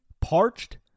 Parched